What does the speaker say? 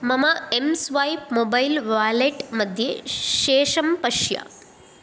मम M swipe mobile wallet मध्ये शेषं पश्य